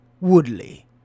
Woodley